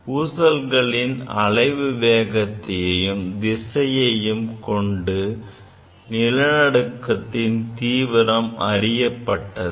ஊசல்களின் அலைவு வேகத்தையும் திசையையும் கொண்டு நிலநடுக்கத்தின் தீவிரம் அறியப்பட்டது